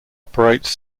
operates